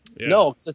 No